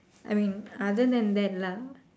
I mean other than that lah